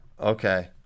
Okay